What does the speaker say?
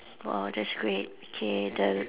!wah! that's great K the